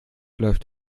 läuft